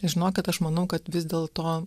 žinokit aš manau kad vis dėlto